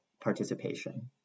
participation